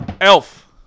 Elf